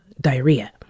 diarrhea